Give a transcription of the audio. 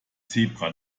zebra